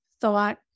thought